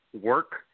work